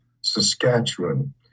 Saskatchewan